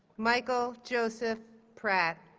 michael joseph pratt